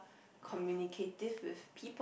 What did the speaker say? communicative with people